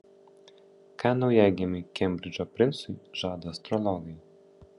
ką naujagimiui kembridžo princui žada astrologai